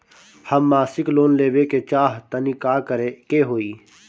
हम मासिक लोन लेवे के चाह तानि का करे के होई?